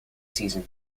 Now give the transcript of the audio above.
season